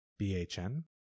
BHN